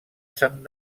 sant